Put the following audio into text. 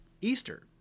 Easter